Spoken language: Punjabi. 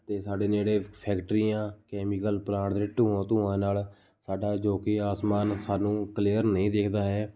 ਅਤੇ ਸਾਡੇ ਨੇੜੇ ਫੈਕਟਰੀਆਂ ਕੈਮੀਕਲ ਪਲਾਂਟ ਦੇ ਟੂਆਂ ਧੂੰਆਂ ਨਾਲ਼ ਸਾਡਾ ਜੋ ਕਿ ਆਸਮਾਨ ਸਾਨੂੰ ਕਲੀਅਰ ਨਹੀਂ ਦਿਖਦਾ ਹੈ